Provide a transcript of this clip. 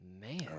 Man